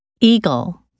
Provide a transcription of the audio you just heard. Eagle